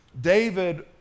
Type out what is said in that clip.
David